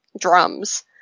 drums